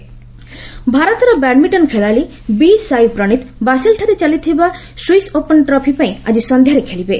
badminton ଭାରତର badminton ଖେଳାଳୀ B Sai Praneeth ବାସେଲ୍ଠାରେ ଚାଲିଥିବା ସ୍ୱିସ୍ ଓପନ୍ ଟ୍ରଫି ପାଇଁ ଆକି ସନ୍ଧ୍ୟାରେ ଖେଳିବେ